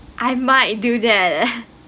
I might do that